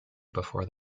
before